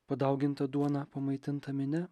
padauginta duona pamaitinta minia